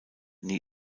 nie